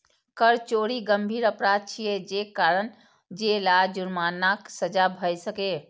कर चोरी गंभीर अपराध छियै, जे कारण जेल आ जुर्मानाक सजा भए सकैए